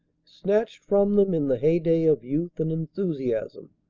snatched from them in the heyday of youth and enthusiasm,